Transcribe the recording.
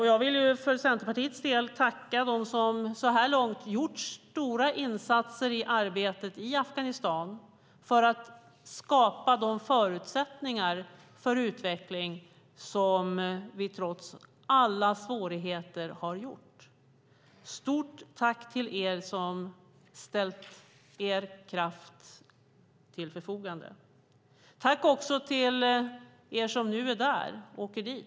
Jag vill för Centerpartiets del tacka dem som så här långt har gjort stora insatser i arbetet i Afghanistan för att skapa de förutsättningar för utveckling som vi trots alla svårigheter har gjort. Ett stort tack till er som ställt er kraft till förfogande! Tack också till er som är där nu och som åker dit.